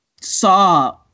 saw